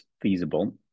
feasible